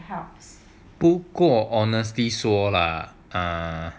不过 honestly 说 lah